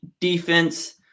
defense